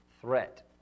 threat